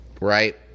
Right